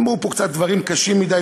נאמרו פה קצת דברים קשים מדי,